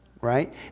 right